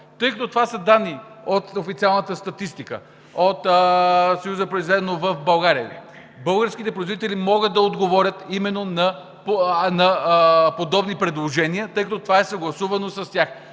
Тъй като това са данни от официалната статистика от Съюза „Произведено в България“, българските производители могат да отговорят именно на подобни предложения, тъй като това е съгласувано с тях.